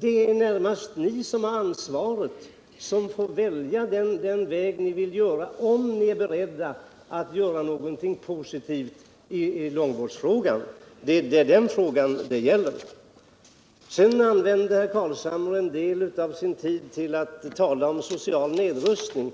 Det är närmast ni som har ansvaret som får välja vilken väg ni vill gå, om ni nu är beredda att göra någonting positivt när det gäller långvården. Det är den frågan det gäller. Herr Carlshamre använde en del av sin tid till att tala om social nedrustning.